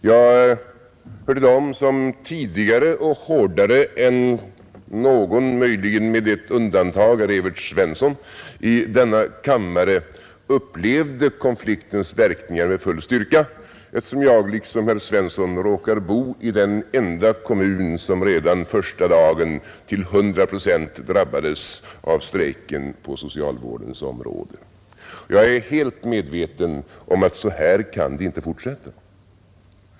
Jag hör till dem som tidigare och hårdare än någon i denna kammare, möjligen med undantag för herr Evert Svensson, upplevde konfliktens verkningar med full styrka, eftersom jag liksom herr Svensson råkar bo i den enda kommun som redan första dagen till hundra procent drabbades av strejken på socialvårdens område. Jag är helt medveten om att så här kan det inte fortsätta.